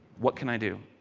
what can i do?